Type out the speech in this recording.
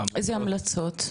איזה המלצות,